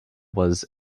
was